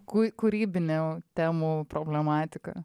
kūrybinių temų problematika